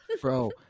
Bro